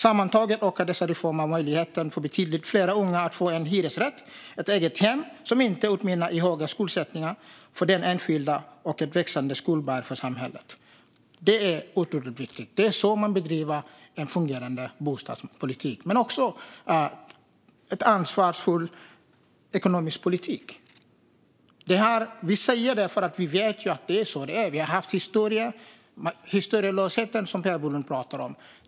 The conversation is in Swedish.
Sammantaget skulle dessa reformer öka möjligheten för betydligt fler unga att få en hyresrätt, ett eget hem som inte innebär stor skuldsättning för den enskilde och ett växande skuldberg för samhället. Det är otroligt viktigt. Det är så man bedriver fungerande bostadspolitik. Det är också ansvarsfull ekonomisk politik. Det vet vi. Det är kanske Per Bolund som lider av den historielöshet som han talar om.